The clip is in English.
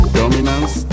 dominance